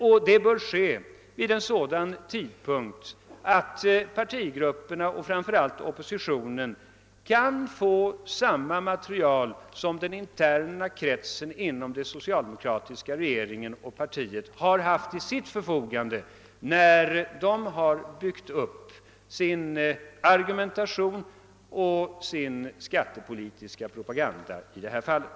Det borde ha skett vid en sådan tidpunkt att partigrupperna — framför allt oppositionens — kunnat få samma material som den interna kretsen inom det socialdemokratiska partiet haft till sitt förfogande, när den byggt upp sin argumentation och sin skattepolitiska propaganda i övrigt.